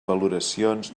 valoracions